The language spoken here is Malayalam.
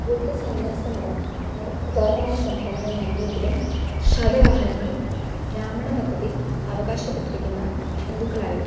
ബുദ്ധസന്യാസ മഠം ഞങ്ങൾക്ക് ഉദാരമായി സംഭാവനകൾ നൽകിയെങ്കിലും ശതവാഹനങ്ങൾ ബ്രാഹ്മണപദ്ധതി അവകാശപ്പെട്ടിരിക്കുന്ന ഹിന്ദുക്കളായിരുന്നു